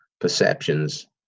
perceptions